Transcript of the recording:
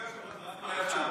אדוני היושב-ראש,